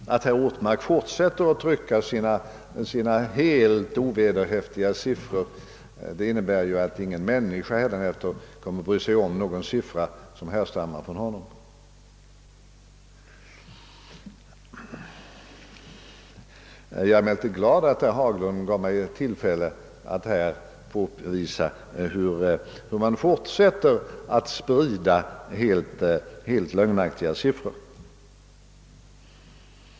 — Att Åke Ortmark fortsätter att trycka sina helt ovederhäftiga siffror innebär ju att ingen människa hädanefter kommer att bry sig om någon siffra som härstammar från honom. Jag är emellertid glad att herr Haglund gav mig tillfälle att här påvisa hur man fortsätter att sprida helt lögnaktiga siffror.